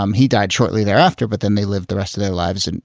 um he died shortly thereafter, but then they lived the rest of their lives. and